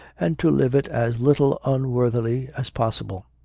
and to live it as little unworthily as possible.